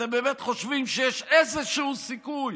אתם באמת חושבים שיש איזשהו סיכוי